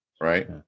Right